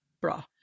bra